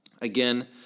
Again